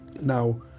now